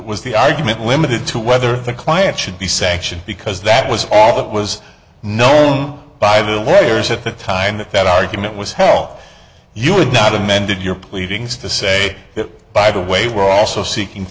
was the argument limited to whether the client should be sanctioned because that was all that was known by the way or is at the time that that argument was hell you would not amended your pleadings to say that by the way we're also seeking